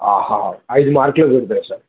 హ ఐదు మార్కులే కదా సార్